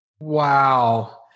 Wow